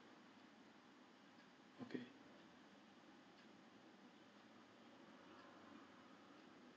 okay